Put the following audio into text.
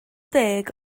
deg